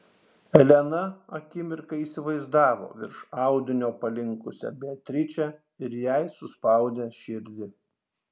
elena akimirką įsivaizdavo virš audinio palinkusią beatričę ir jai suspaudė širdį